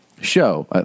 show